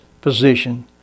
position